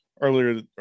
earlier